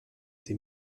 sie